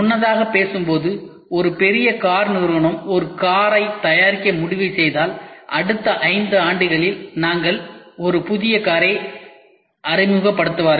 முன்னதாக பேசும்போது ஒரு பெரிய கார் நிறுவனம் ஒரு காரை தயாரிக்க முடிவு செய்தால் அடுத்த 5 ஆண்டுகளில் நாங்கள் ஒரு புதிய காரை அறிமுகப்படுத்துவார்கள்